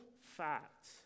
fact